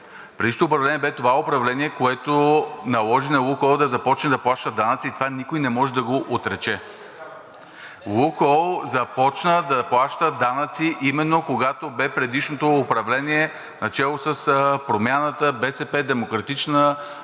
предишното управление бе това управление, което наложи на „Лукойл“ да започне да плаща данъци и това никой не може да го отрече. „Лукойл“ започна да плаща данъци именно когато бе предишното управление начело с „Промяната“, БСП, „Демократична България“,